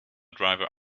driver